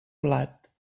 blat